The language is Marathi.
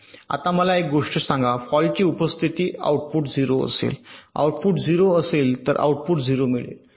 आता मला एक गोष्ट सांगा फॉल्टची उपस्थिति आऊटपुट 0 असेल आऊटपुट 0 असेल तर आऊटपुट ० मिळेल वर येत आहे